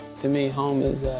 to me, home is